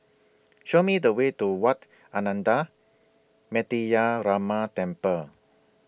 Show Me The Way to Wat Ananda Metyarama Temple